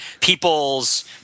people's –